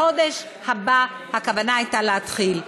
בחודש הבא הכוונה הייתה להתחיל.